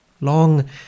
long